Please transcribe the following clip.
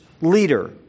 leader